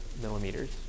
millimeters